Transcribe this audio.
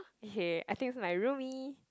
okay I think it's my roomie